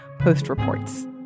#PostReports